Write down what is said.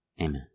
Amen